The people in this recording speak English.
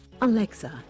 Alexa